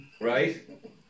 Right